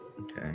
okay